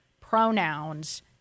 pronouns